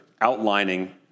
outlining